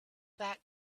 that